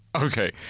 Okay